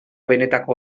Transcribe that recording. benetako